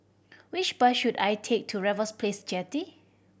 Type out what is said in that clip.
which bus should I take to Raffles Place Jetty